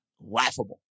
laughable